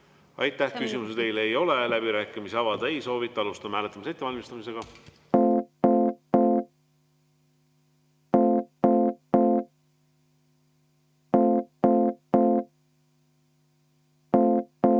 Aitäh! Küsimusi teile ei ole. Läbirääkimisi avada ei soovita. Alustame hääletamise ettevalmistamist.